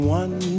one